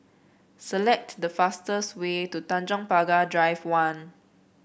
select the fastest way to Tanjong Pagar Drive One